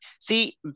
see